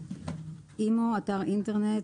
"אימ"ו", "אתר אינטרנט",